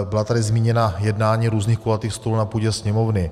Byla tady zmíněna jednání různých kulatých stolů na půdě Sněmovny.